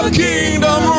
kingdom